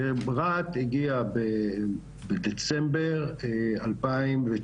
רהט הגיעה בדצמבר 2019